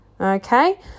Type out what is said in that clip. Okay